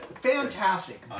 Fantastic